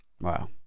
Wow